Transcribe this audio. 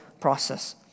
process